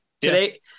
today